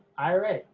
ira.